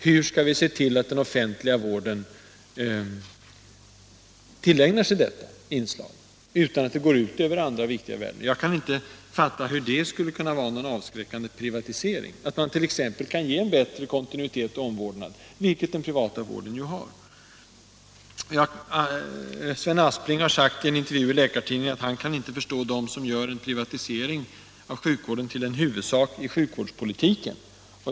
Hur skall den offentliga vården kunna tillägna sig detta inslag, utan att det går ut över andra viktiga värden? Jag kan inte förstå hur det kan vara någon avskräckande privatisering att man t.ex. kan ha en bättre kontinuitet och ge en bättre omvårdnad, vilket den privata vården ju kan. Sven Aspling har i en intervju i Läkartidningen sagt att han inte kan förstå dem som gör privatisering av sjukvården till en huvudsak i sjukvårdspolitiken.